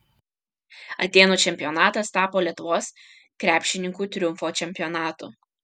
atėnų čempionatas tapo lietuvos krepšininkų triumfo čempionatu